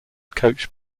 coach